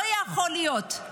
לא יכול להיות.